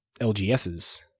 LGSs